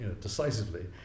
decisively